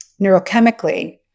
neurochemically